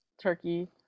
turkey